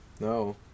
No